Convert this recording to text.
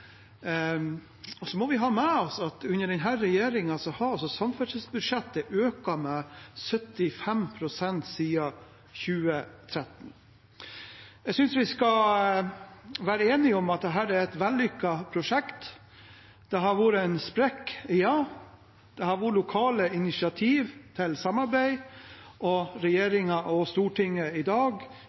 Vi må også ha med oss at under denne regjeringen har samferdselsbudsjettet økt med 75 pst. siden 2013. Jeg synes vi skal være enige om at dette er et vellykket prosjekt. Det har vært en sprekk – ja. Det har vært lokale initiativ til samarbeid, og regjeringen og Stortinget i dag